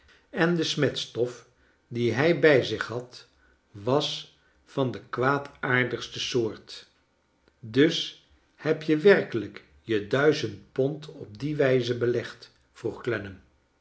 en de smetstof die hij bij zich had was van de kwaadaardigste soort dus heb je werkelijk je duizend pond op die wijze belegd v vroeg